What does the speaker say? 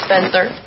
Spencer